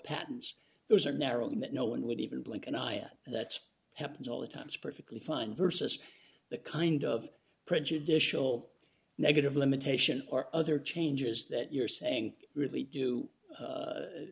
patents those are narrowing that no one would even blink an eye at that's happened all the times perfectly fine versus the kind of prejudicial negative limitation or other changes that you're saying really do